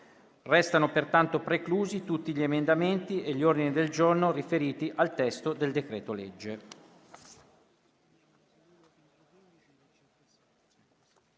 Risultano pertanto preclusi tutti gli emendamenti e gli ordini del giorno riferiti al testo del decreto-legge